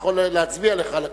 אני יכול להצביע לך על הכיסאות,